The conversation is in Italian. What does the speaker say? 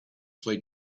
suoi